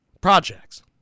projects